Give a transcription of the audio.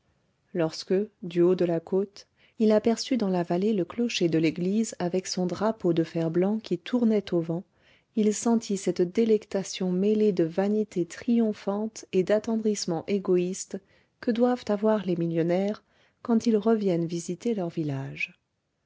lorsque du haut de la côte il aperçut dans la vallée le clocher de l'église avec son drapeau de fer-blanc qui tournait au vent il sentit cette délectation mêlée de vanité triomphante et d'attendrissement égoïste que doivent avoir les millionnaires quand ils reviennent visiter leur village